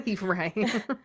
right